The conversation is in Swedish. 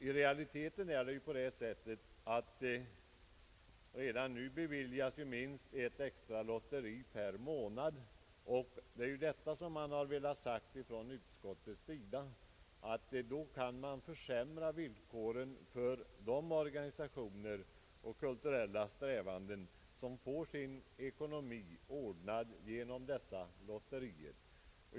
I realiteten är det på det sättet, att minst ett extra lotteri redan nu beviljats per månad, och då har utskottet ansett att detta kan försämra villkoren för de organisationer och kulturella strävanden som får sin ekonomi ordnad genom dessa lotterier.